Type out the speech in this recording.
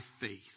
faith